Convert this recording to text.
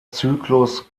zyklus